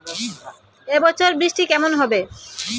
এবছর বৃষ্টি কেমন হবে?